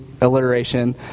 alliteration